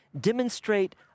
Demonstrate